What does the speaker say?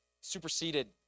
superseded